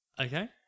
Okay